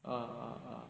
ah ah ah